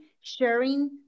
sharing